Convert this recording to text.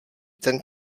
ten